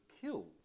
killed